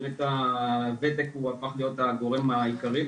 ובאמת הוותק הפך להיות הגורם העיקרי,